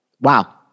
Wow